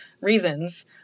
reasons